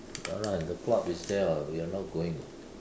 ya lah and the club is there [what] we are not going [what]